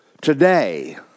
Today